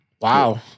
Wow